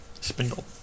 Spindle